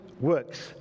works